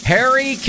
Harry